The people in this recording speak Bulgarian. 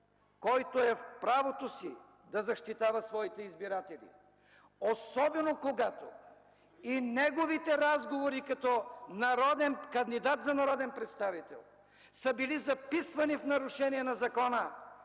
който е в правото си да защитава своите избиратели, особено когато и неговите разговори като кандидат за народен представител са били записвани в нарушение на закона,